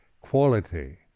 quality